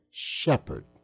shepherd